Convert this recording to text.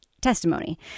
testimony